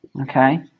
Okay